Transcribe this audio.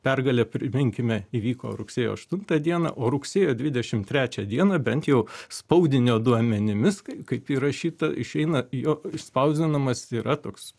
pergalė priminkime įvyko rugsėjo aštuntą dieną o rugsėjo dvidešimt trečią dieną bent jau spaudinio duomenimis kaip įrašyta išeina jo išspausdinamas yra toks